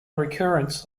recurrence